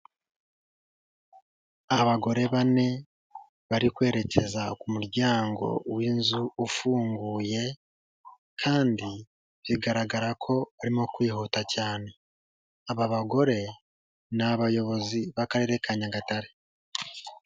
Abagore bane bari kwerekeza ku muryango w'inzu ufunguye, kandi bigaragara ko barimo kwihuta cyane, aba bagore ni abayobozi b'Akarere ka Nyagatare.